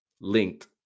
linked